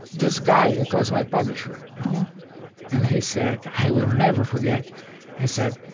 this guy it was my publisher and he said i will never forget he said,